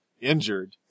injured